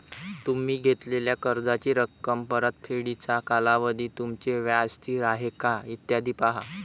तुम्ही घेतलेल्या कर्जाची रक्कम, परतफेडीचा कालावधी, तुमचे व्याज स्थिर आहे का, इत्यादी पहा